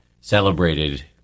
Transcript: celebrated